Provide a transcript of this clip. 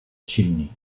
chimney